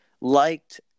liked